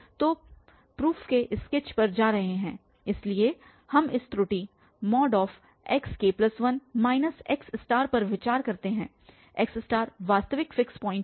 तो प्रूफ के स्केच पर जा रहे हैं इसलिए हम इस त्रुटि xk1 x पर विचार करते हैं x वास्तविक फिक्स पॉइंट है